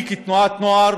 אני, כתנועת נוער,